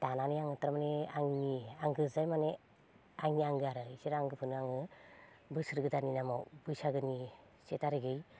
दानानै आं थारमाने आंनि आंगो जाय माने आंनि आंगो आरो बिसोर आंगोफोरनो आङो बोसोर गोदाननि नामाव बैसागोनि से थारिखै